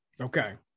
Okay